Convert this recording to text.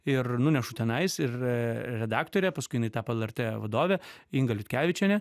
ir nunešu tenais ir redaktorė paskui jinai tapo lrt vadove inga liutkevičienė